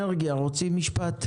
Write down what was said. משרד האנרגיה, רוצים להתייחס?